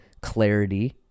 clarity